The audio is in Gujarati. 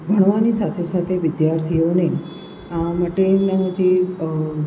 ભણવાની સાથે સાથે વિદ્યાર્થીઓને આ માટે એમને હજી